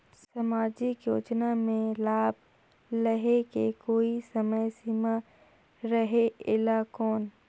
समाजिक योजना मे लाभ लहे के कोई समय सीमा रहे एला कौन?